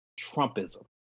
Trumpism